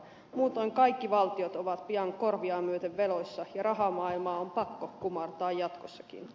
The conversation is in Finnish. muutoin kaikki valtiot ovat pian korviaan myöten veloissa ja rahamaailmaa on pakko kumartaa jatkossakin